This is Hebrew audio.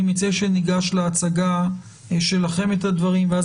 אני מציע שניגש להצגה שלכם את הדברים ואז